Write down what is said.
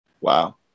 Wow